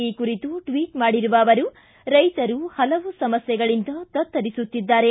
ಈ ಕುರಿತು ಟ್ವಿಟ್ ಮಾಡಿರುವ ಅವರು ರೈತರು ಹಲವು ಸಮಸ್ಥೆಗಳಿಂದ ತತ್ತರಿಸುತ್ತಿದ್ದಾರೆ